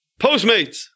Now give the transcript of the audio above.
Postmates